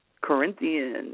Corinthians